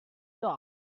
dock